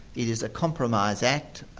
it is a compromise act.